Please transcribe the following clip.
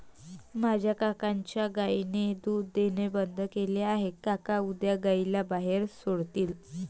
माझ्या काकांच्या गायीने दूध देणे बंद केले आहे, काका उद्या गायीला बाहेर सोडतील